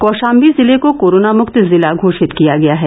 कौशाम्बी जिले को कोरोना मुक्त जिला घोषित किया गया है